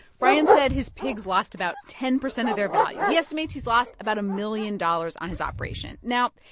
brian said his pigs lost about ten percent of their value. he estimates he's lost about a million dollars on his operation. now,